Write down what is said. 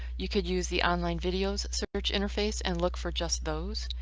you could use the online videos search interface and look for just those.